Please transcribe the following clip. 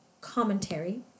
commentary